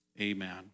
amen